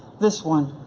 this one,